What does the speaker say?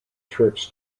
trips